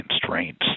constraints